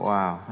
Wow